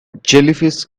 jellyfish